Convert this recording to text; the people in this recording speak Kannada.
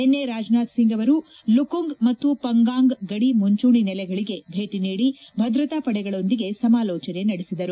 ನಿನ್ನೆ ರಾಜನಾಥ್ ಸಿಂಗ್ ಅವರು ಲುಕುಂಗ್ ಮತ್ತು ಪಂಗಾಂಗ್ ಗಡಿ ಮುಂಚೂಣಿ ನೆಲೆಗಳಿಗೆ ಭೇಟ ನೀಡಿ ಭದ್ರತಾಪಡೆಗಳೊಂದಿಗೆ ಸಮಾಲೋಚನೆ ನಡೆಸಿದರು